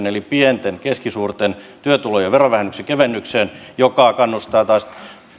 eli pienten ja keskisuurten työtulojen verovähennyksen kevennykseen joka kannustaa taas